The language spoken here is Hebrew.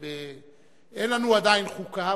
אין לנו עדיין חוקה,